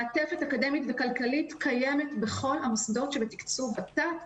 מעטפת אקדמית וכלכלית קיימת בכל המוסדות שבתקצוב ות"ת.